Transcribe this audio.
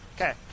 Okay